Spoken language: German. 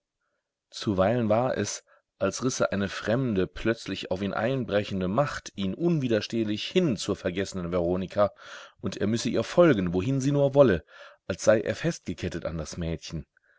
zuweilen war es als risse eine fremde plötzlich auf ihn einbrechende macht ihn unwiderstehlich hin zur vergessenen veronika und er müsse ihr folgen wohin sie nur wolle als sei er festgekettet an das mädchen